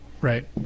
right